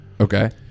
Okay